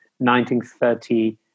1930